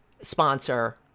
sponsor